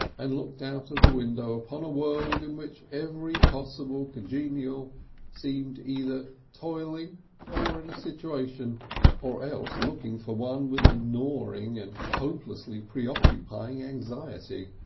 and looked out of the window upon a world in which every possible congenial seemed either toiling in a situation or else looking for one with a gnawing and hopelessly preoccupying anxiety.